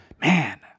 Man